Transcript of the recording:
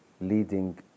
leading